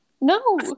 No